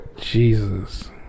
Jesus